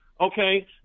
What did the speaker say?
Okay